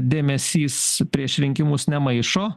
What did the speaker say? dėmesys prieš rinkimus nemaišo